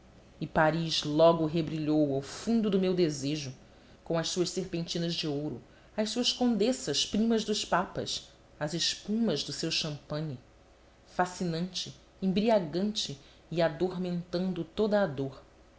e paris logo rebrilhou ao fundo do meu desejo com as suas serpentinas de ouro as suas condessas primas dos papas as espumas do seu champagne fascinante embriagante e adormentando toda a dor